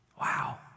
Wow